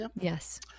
Yes